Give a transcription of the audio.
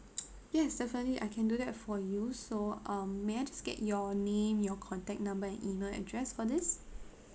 yes definitely I can do that for you so um may I just get your name your contact number and email address for this